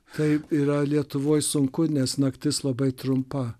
taip yra lietuvoj sunku nes naktis labai trumpa